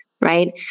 Right